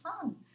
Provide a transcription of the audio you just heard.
fun